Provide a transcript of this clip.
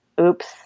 oops